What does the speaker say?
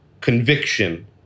conviction